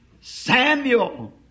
Samuel